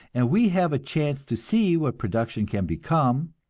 and we have a chance to see what production can become,